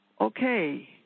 okay